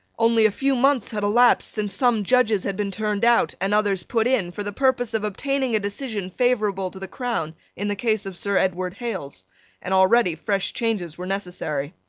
only a few months had elapsed since some judges had been turned out and others put in for the purpose of obtaining a decision favourable to the crown in the case of sir edward hales and already fresh changes were necessary.